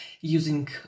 using